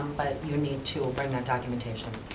but you need to bring that documentation.